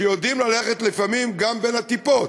שיודעים ללכת לפעמים גם בין הטיפות,